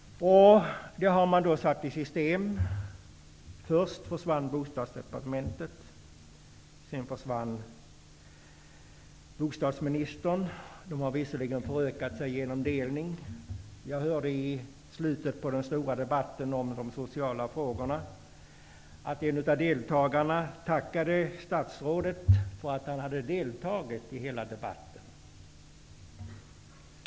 Det har man satt i system. Först försvann Bostadsdepartementet sedan försvann bostadsministern. De har visserligen förökat sig genom delning. Jag hörde i slutet på den stora debatten om de sociala frågorna att en av deltagarna tackade statsrådet för att han deltagit i hela debatten.